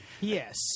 Yes